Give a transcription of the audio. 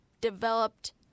developed –